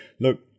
look